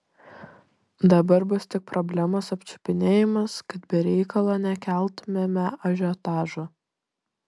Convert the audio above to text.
dabar bus tik problemos apčiupinėjimas kad be reikalo nekeltumėme ažiotažo